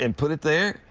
and put it there.